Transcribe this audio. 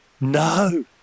No